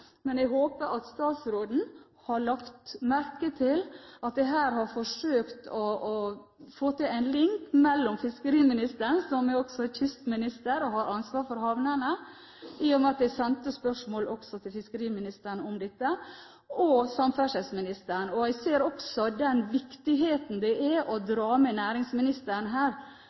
Jeg håper statsråden har lagt merke til at jeg her har forsøkt å få til en link til fiskeriministeren, som også er kystminister og har ansvar for havnene, i og med at jeg sendte spørsmålet til fiskeriministeren om dette i tillegg til samferdselsministeren. Jeg ser også viktigheten av å dra med næringsministeren her,